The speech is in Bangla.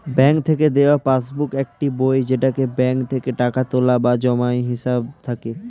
ব্যাঙ্ক থেকে দেওয়া পাসবুক একটি বই যেটাতে ব্যাঙ্ক থেকে টাকা তোলা বা জমার হিসাব থাকে